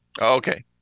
okay